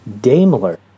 Daimler